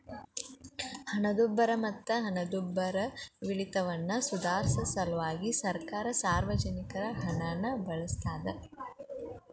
ಹಣದುಬ್ಬರ ಮತ್ತ ಹಣದುಬ್ಬರವಿಳಿತವನ್ನ ಸುಧಾರ್ಸ ಸಲ್ವಾಗಿ ಸರ್ಕಾರ ಸಾರ್ವಜನಿಕರ ಹಣನ ಬಳಸ್ತಾದ